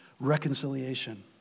Reconciliation